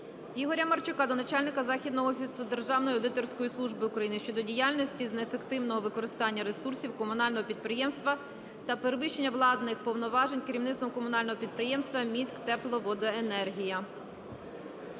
Ігоря Марчука до Начальника Західного офісу Державної аудиторської служби України щодо діяльності з неефективного використання ресурсів комунального підприємства та перевищення владних повноважень керівництвом Комунального підприємства "Міськтепловоденергія".